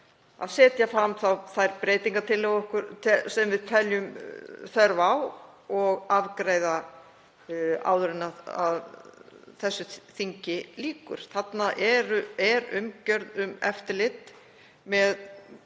að setja fram þær breytingartillögur okkar sem við teljum þörf á og afgreiða áður en þessu þingi lýkur. Þarna er umgjörð um eftirlit með